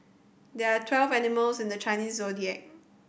there are twelve animals in the Chinese Zodiac